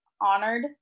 honored